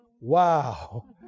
wow